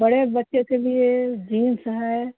बड़े बच्चो के लिए जींस है